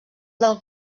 del